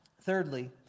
Thirdly